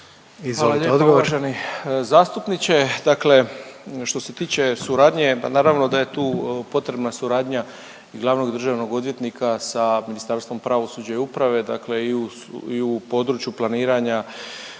Hvala lijepo uvaženi zastupniče, dakle što se tiče suradnje, pa naravno da je tu potrebna suradnja i glavnog državnog odvjetnika sa Ministarstvom pravosuđa i uprave, dakle i u području planiranja,